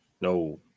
no